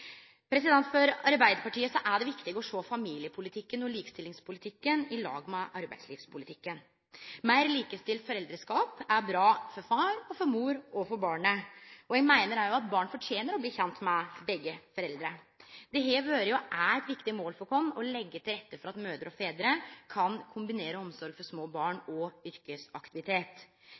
For Arbeidarpartiet er det viktig å sjå familiepolitikken og likestillingspolitikken i samanheng med arbeidslivspolitikken. Meir likestilt foreldreskap er bra for far, for mor og for barnet. Eg meiner òg at barn fortener å bli kjente med begge foreldra. Det har vore og er eit viktig mål for oss å leggje til rette for at mødrer og fedrar kan kombinere omsorg for små barn og yrkesaktivitet.